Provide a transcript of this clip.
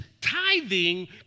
tithing